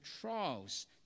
trials